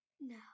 No